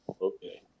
Okay